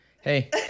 Hey